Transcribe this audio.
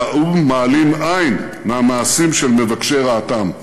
שהאו"ם מעלים עין מהמעשים של מבקשי רעתם.